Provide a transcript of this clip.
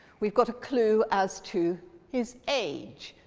we've got a clue as to his age,